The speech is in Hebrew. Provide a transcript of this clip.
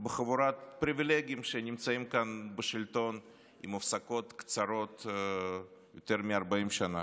בחבורת פריבילגים שנמצאים כאן בשלטון עם הפסקות קצרות יותר מ-40 שנה,